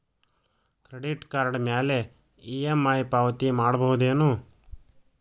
Credit card ಮ್ಯಾಲೆ EMI ಪಾವತಿ ಮಾಡ್ಬಹುದೇನು?